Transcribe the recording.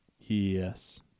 Yes